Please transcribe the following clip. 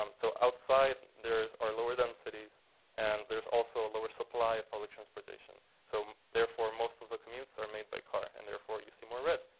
um so outside, there are lower densities. and there's also a lower supply of public transportation. so therefore, most of the commutes are made by car. and therefore, you see more red.